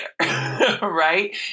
Right